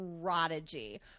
prodigy